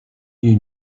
you